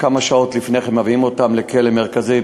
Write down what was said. כמה שעות לפני כן מביאים אותם לכלא מרכזי.